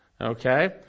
Okay